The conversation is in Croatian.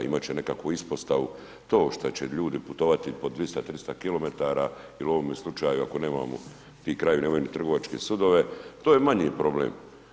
Imati će nekakvu ispostavu, to što će ljudi putovati po 200-300 km ili u ovome slučaju ako nemamo, i na kraju nemaju trgovačke sudove, to je manji problem.